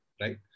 right